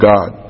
God